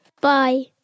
Bye